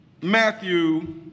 Matthew